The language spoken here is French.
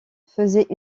faisaient